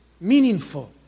meaningful